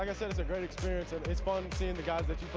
and so it's a great experience, it's fun seeing the guys. it's but